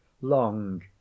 long